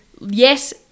yes